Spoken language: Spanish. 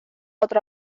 otra